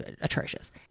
atrocious